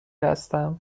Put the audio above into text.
هستم